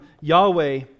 Yahweh